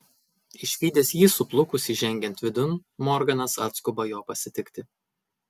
išvydęs jį suplukusį žengiant vidun morganas atskuba jo pasitikti